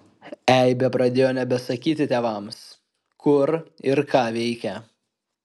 eibė pradėjo nebesakyti tėvams kur ir ką veikia